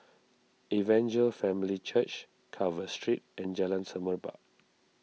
Evangel Family Church Carver Street and Jalan Semerbak